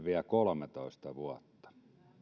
vie kolmetoista vuotta